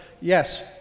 yes